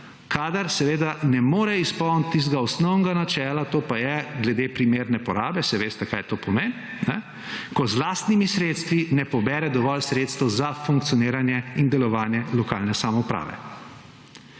kadar seveda ne more izpolniti tistega osnovnega načela, to pa je glede primerne porabe – saj veste kaj to pomeni – ko z lastnimi sredstvi ne pobere dovolj sredstev za funkcioniranje in delovanje lokalne samouprave.